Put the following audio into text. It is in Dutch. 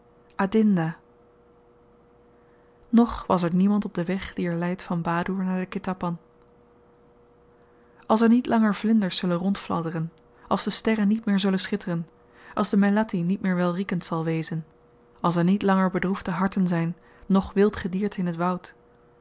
adinda nog was er niemand op den weg die er leidt van badoer naar den ketapan als er niet langer vlinders zullen rondfladderen als de sterren niet meer zullen schitteren als de melatti niet meer welriekend zal wezen als er niet langer bedroefde harten zyn noch wild gedierte in het woud